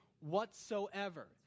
whatsoever